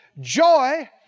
Joy